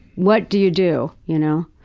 what do you do. you know.